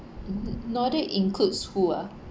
nordic that includes who ah